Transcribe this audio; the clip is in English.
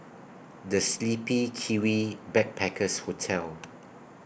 The Sleepy Kiwi Backpackers Hotel